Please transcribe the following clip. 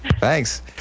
thanks